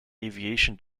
aviation